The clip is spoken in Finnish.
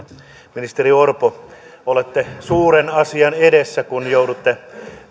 ministeri orpo olette suuren asian edessä kun joudutte